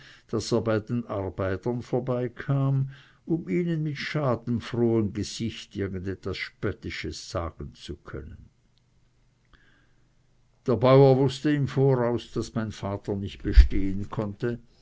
daß er bei den arbeitern vorbei kam um ihnen mit schadenfrohem gesicht irgend etwas spöttisches sagen zu können der bauer wußte im voraus daß mein vater nicht bestehen konnte